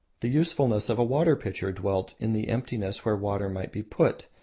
the usefulness of a water pitcher dwelt in the emptiness where water might be put,